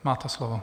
Máte slovo.